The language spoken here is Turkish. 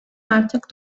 artık